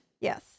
Yes